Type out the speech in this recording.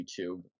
YouTube